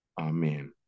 Amen